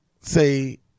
say